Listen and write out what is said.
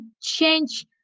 change